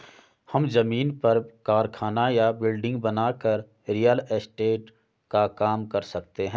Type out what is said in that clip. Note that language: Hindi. हम जमीन पर कारखाना या बिल्डिंग बनाकर रियल एस्टेट का काम कर सकते है